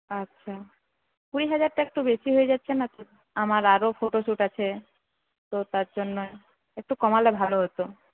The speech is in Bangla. আচ্ছা কুড়ি হাজারটা একটু বেশি হয়ে যাচ্ছে না আমার আরো ফটোশুট আছে তো তার জন্য একটু কমালে ভালো হত